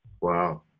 Wow